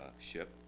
ship